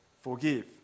forgive